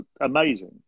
amazing